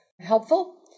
helpful